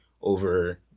over